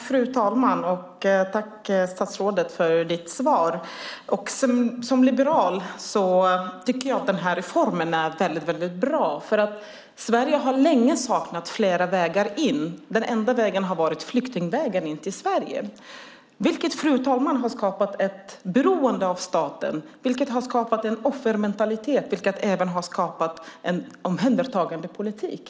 Fru talman! Tack för ditt svar, statsrådet! Som liberal tycker jag att reformen är väldigt bra. Sverige har länge saknat flera vägar in. Den enda vägen har varit flyktingvägen in i Sverige. Det har skapat ett beroende av staten och en offermentalitet. Det har även har skapat en omhändertagandepolitik.